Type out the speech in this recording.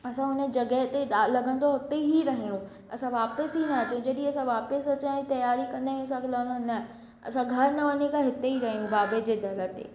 असां उन जॻह ते ॾा लॻंदो आहे उते ई रहियूं असां वापिसि ई न अचूं जॾहिं असां वापिसि अचनि जी तयारी कंदा आहियूं असांखे लॻंदो आहे न असां घर न वञी करे हिते ई रहियूं बाबे जे दरु ते